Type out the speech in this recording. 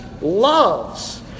loves